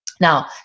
Now